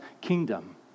kingdom